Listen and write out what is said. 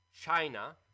China